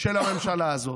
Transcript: של הממשלה הזאת.